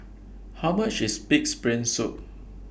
How much IS Pig'S Brain Soup